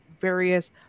various